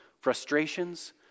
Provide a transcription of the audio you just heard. frustrations